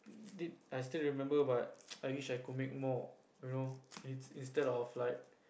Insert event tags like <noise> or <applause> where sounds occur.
did I still remember but <noise> I wish I could make more you know it instead of like